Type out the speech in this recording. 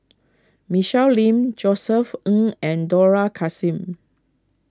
Michelle Lim Josef Ng and Dollah Kassim